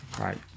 Right